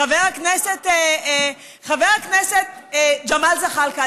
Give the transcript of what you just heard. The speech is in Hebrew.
חבר הכנסת ג'מאל זחאלקה,